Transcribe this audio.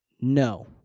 No